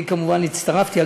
אני כמובן הצטרפתי.